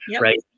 right